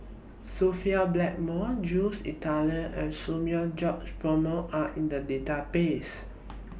Sophia Blackmore Jules Itier and Samuel George Bonham Are in The Database